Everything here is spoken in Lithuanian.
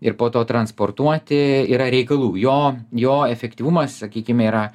ir po to transportuoti yra reikalų jo jo efektyvumas sakykime yra